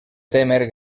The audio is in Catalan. témer